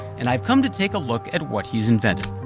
and i've come to take a look at what he's invented.